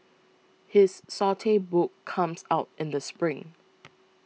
his saute book comes out in the spring